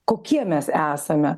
kokie mes esame